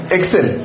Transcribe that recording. Excel